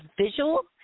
visual